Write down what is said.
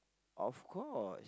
of course